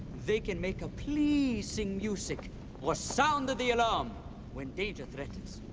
they can make a pleasing music or sound the the alarm when danger threatens.